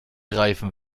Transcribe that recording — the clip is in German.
reifen